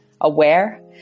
aware